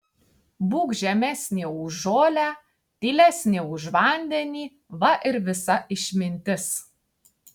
būk žemesnė už žolę tylesnė už vandenį va ir visa išmintis